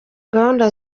gahunda